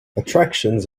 attractions